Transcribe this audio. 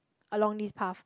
along this path